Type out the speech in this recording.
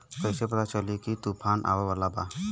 कइसे पता चली की तूफान आवा वाला बा?